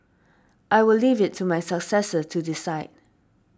I will leave it to my successor to decide